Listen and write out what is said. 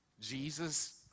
Jesus